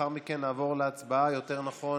לאחר מכן נעבור להצבעה, יותר נכון